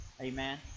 Amen